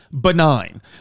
benign